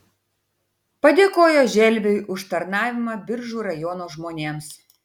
padėkojo želviui už tarnavimą biržų rajono žmonėms